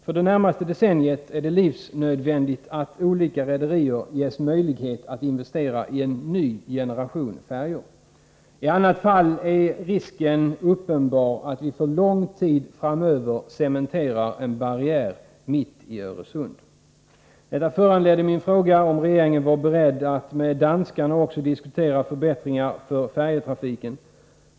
För det närmaste decenniet är det livsnödvändigt att olika rederier ges möjlighet att investera i en ny generation färjor. I annat fall är risken uppenbar att vi för lång tid framöver cementerar en barriär mitt i Öresund. Detta föranledde min fråga om regeringen var beredd att med danskarna också diskutera förbättringar för färjetrafiken.